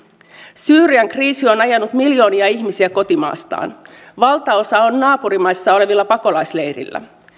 syyrian kriisi on ajanut miljoonia ihmisiä kotimaastaan valtaosa on naapurimaissa olevilla pakolaisleireillä